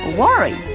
worry